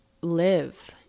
live